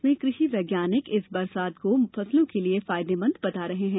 वहीं कृषि वैज्ञानिक इस बारिश को फसलों के लिए फायदेमंद बता रहे हैं